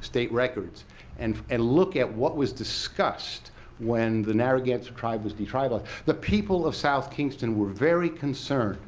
state records and and look at what was discussed when the narragansett tribe was detribalized. the people of south kingston were very concerned.